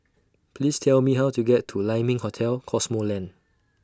Please Tell Me How to get to Lai Ming Hotel Cosmoland